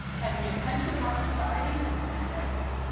and the attention of our society is right here.